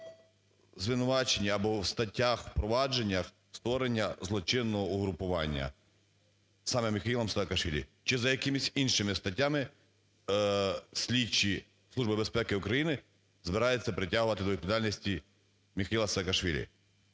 звинуваченні або в статтях, в провадженнях створення злочинного угрупування саме Міхеїлом Саакашвілі? Чи за якимись іншими статтями слідчі Служби безпеки України збираються притягувати до відповідальності Міхеїла Саакашвілі?